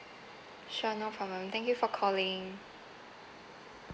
sure no problem thank you for calling